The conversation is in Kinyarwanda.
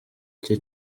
cye